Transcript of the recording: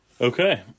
Okay